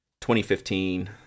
2015